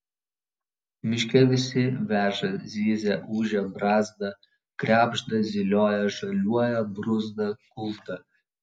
miške visi veža zyzia ūžia brazda krebžda zylioja žaliuoja bruzda kužda